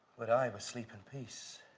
would i were sleep and peace,